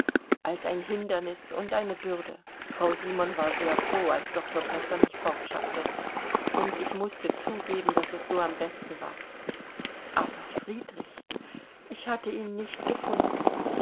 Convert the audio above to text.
als ein hindernis und eine bürde frau simon war sehr froh als doktor bresser mich fortschaffte und ich mußte zugeben daß es so am besten war aber friedrich ich hatte ihn nicht gefunden